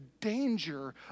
danger